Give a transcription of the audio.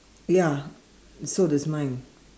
ya so there's nine